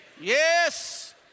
Yes